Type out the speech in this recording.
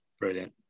Brilliant